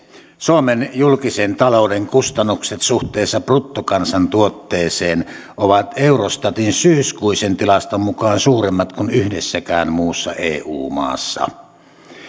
suomen julkisen talouden kustannukset suhteessa bruttokansantuotteeseen ovat eurostatin syyskuisen tilaston mukaan suuremmat kuin yhdessäkään muussa eu maassa